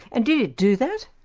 and did it do that?